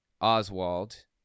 Oswald